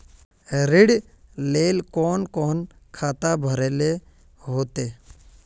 ऋण लेल कोन कोन खाता भरेले होते?